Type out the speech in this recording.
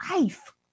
life